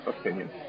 opinion